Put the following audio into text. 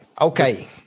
Okay